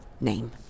name